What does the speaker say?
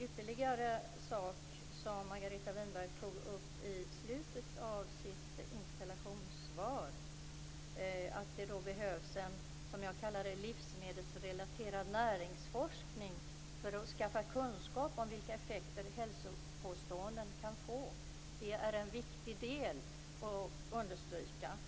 ytterligare en sak som Margareta Winberg tog upp i slutet av sitt interpellationssvar. Hon säger att det behövs en, som jag kallar det, livsmedelsrelaterad näringsforskning för att skaffa kunskap om vilka effekter olika hälsopåståenden kan få. Det är en viktig sak att understryka.